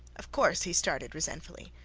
of course, he started resentfully,